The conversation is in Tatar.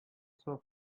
саф